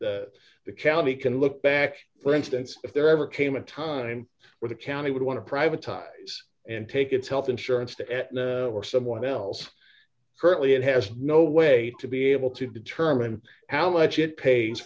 that the county can look back for instance if there ever busy came a time where the county would want to privatized and take its health insurance to someone else currently it has no way to be able to determine how much it pays